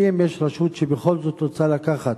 ואם יש רשות שבכל זאת רוצה לקחת,